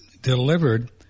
delivered